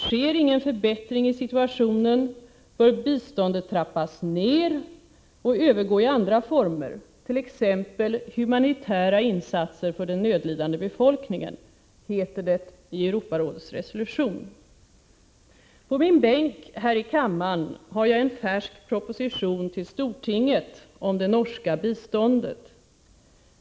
Sker ingen förbättring i situationen bör biståndet trappas ned och övergå i andra former, t.ex. humanitära insatser för den nödlidande befolkningen, heter det i Europarådets resolution. På min bänk här i kammaren har jag en färsk proposition till Stortinget om det norska biståndet.